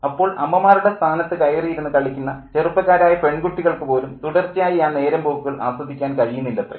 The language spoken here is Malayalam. അപ്പോൾ അമ്മമാരുടെ സ്ഥാനത്ത് കയറിയിരുന്ന് കളിക്കുന്ന ചെറുപ്പക്കാരായ പെൺകുട്ടികൾക്ക് പോലും തുടർച്ചയായി ആ നേരമ്പോക്കുകൾ ആസ്വദിക്കാൻ കഴിയുന്നില്ലത്രേ